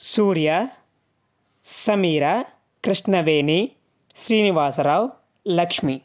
Surya Sameera Krishnaveni Srinivasarao Lakshmi